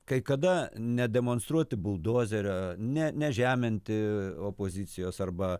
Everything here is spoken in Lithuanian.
kai kada nedemonstruoti buldozerio ne nežeminti opozicijos arba